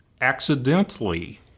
accidentally